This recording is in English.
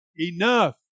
enough